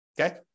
Okay